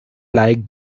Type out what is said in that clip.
like